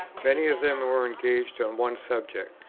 many of them are engaged on one subject,